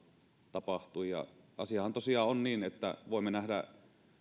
tapahtui asiahan tosiaan on niin että voimme nähdä